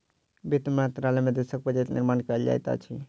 वित्त मंत्रालय में देशक बजट निर्माण कयल जाइत अछि